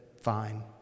fine